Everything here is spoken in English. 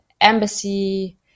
embassy